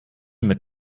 mit